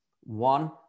One